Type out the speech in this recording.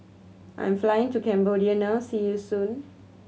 I am flying to Cambodia now see you soon